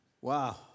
Wow